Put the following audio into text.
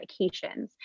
medications